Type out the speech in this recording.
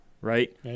right